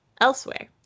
elsewhere